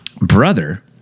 Brother